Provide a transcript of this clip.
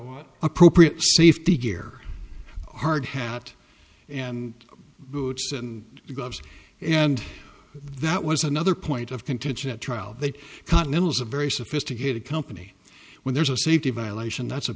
gear appropriate safety gear hard hat and boots and gloves and that was another point of contention at trial that continentals a very sophisticated company when there's a safety violation that's a